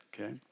okay